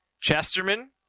Chesterman